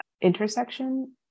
intersection